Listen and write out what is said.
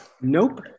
Nope